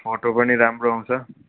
photo पनि राम्रो आउँछ